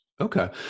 Okay